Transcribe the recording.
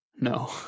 No